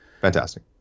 Fantastic